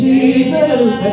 Jesus